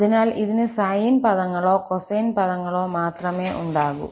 അതിനാൽ ഇതിന് സൈൻ പദങ്ങളോ കൊസൈൻ പദങ്ങളോ മാത്രമേ ഉണ്ടാകൂ